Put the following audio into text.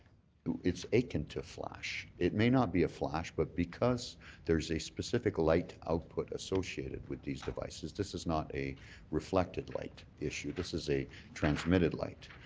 it's akin to flash. it may not be a flash but because there's a specific light output associated with these devices, this is not a reflected light issue, this is a transmitted light.